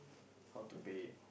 how to pay